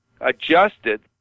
adjusted